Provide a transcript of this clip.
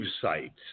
sites